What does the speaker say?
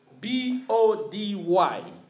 B-O-D-Y